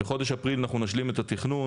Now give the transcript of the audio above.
בחודש אפריל אנחנו נשלים את התכנון,